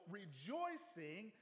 rejoicing